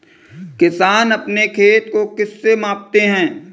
किसान अपने खेत को किससे मापते हैं?